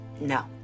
No